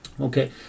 Okay